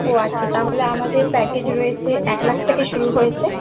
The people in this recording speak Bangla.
ও আচ্ছা তা হলে আমাদের প্যাকেজ রয়েছে এক লাখ থেকে শুরু হয়েছে